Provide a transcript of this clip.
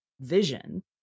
vision